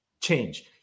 change